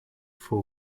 for